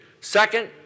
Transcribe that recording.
Second